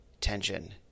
tension